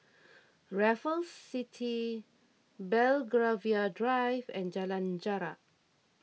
Raffles City Belgravia Drive and Jalan Jarak